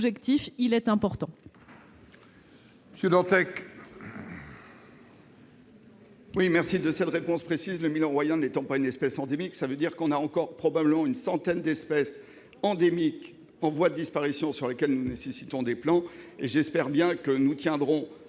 objectif, et il est important.